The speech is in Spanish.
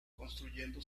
construyendo